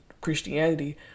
Christianity